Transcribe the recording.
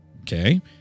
Okay